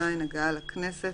(ז)הגעה לכנסת,